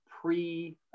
pre